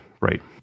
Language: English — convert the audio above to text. right